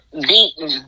beaten